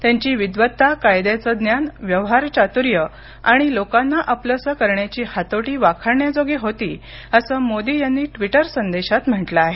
त्यांची विद्वत्ता कायद्याचं ज्ञान व्यवहारचातुर्य आणि लोकांना आपलंसं करण्याची हातोटी वाखाणण्याजोगी होती असं मोदी यांनी ट्विटर संदेशात म्हटलं आहे